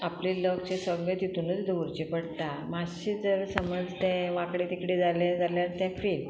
आपले लक्ष सगळे तितुनूच दवरचे पडटा मातशें जर समज तें वांकडे तिकडे जालें जाल्यार तें फेल